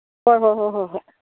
ꯍꯣꯏ ꯍꯣꯏ ꯍꯣꯏ ꯍꯣꯏ